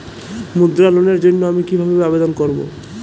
মুদ্রা লোনের জন্য আমি কিভাবে আবেদন করবো?